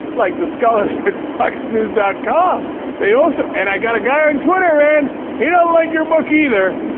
like the scholars pit bikes news dot com they also and i got a guy on and twitter and here i like your work either